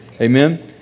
Amen